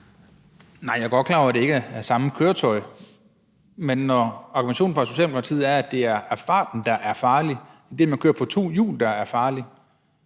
Nej, jeg er godt klar over, at det ikke er samme køretøj, men når argumentationen fra Socialdemokratiets side er, at det er farten, der er farlig, og det, at man kører på to hjul, der er farligt,